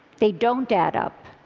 they don't add up.